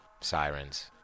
sirens